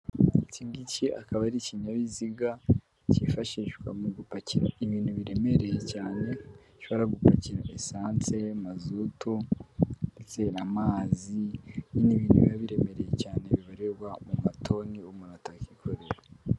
Iki ngiki akaba ari ikinyabiziga cyifashishwa mu gupakira ibintu biremereye cyane, gishobora gupakira risansi, amazutu ndetse n’amazi, ni ibintu biba biremereye cyane bibarirwa mu matoni umuntu atakikorera.